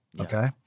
Okay